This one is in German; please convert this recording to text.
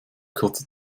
kurze